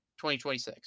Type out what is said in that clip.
2026